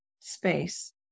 Space